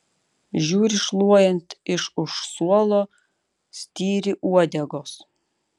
žiūri šluojant iš už suolo styri uodegos